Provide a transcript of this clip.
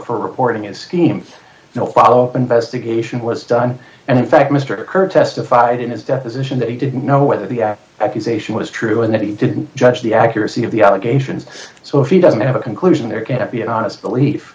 for reporting it seems no follow up investigation was done and in fact mister kerr testified in his deposition that he didn't know whether the accusation was true and that he didn't judge the accuracy of the allegations so he doesn't have a conclusion there can't be an honest belief